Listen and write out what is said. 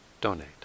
donate